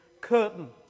curtain